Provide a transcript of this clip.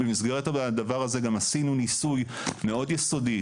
במסגרת הדבר הזה גם עשינו ניסוי מאוד יסודי